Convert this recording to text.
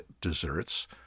desserts